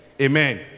Amen